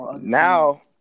Now